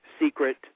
secret